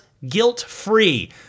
Guilt-free